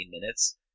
minutes